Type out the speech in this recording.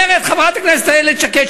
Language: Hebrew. אומרת חברת הכנסת איילת שקד,